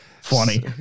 Funny